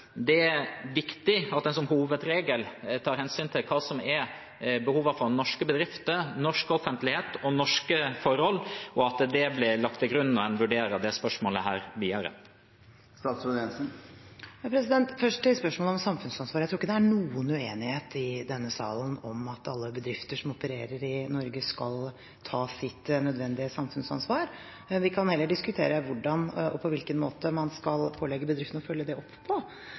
det er viktig at en som hovedregel tar hensyn til hva som er behovene for norske bedrifter, norsk offentlighet og norske forhold, og at det blir lagt til grunn når en vurderer dette spørsmålet videre? Først til spørsmålet om samfunnsansvar: Jeg tror ikke det er noen uenighet i denne salen om at alle bedrifter som opererer i Norge, skal ta sitt nødvendige samfunnsansvar. Vi kan heller diskutere hvordan og på hvilken måte man skal pålegge bedriftene å følge det opp.